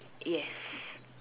yes